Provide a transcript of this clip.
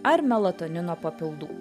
ar melatonino papildų